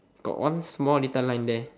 got one small little line there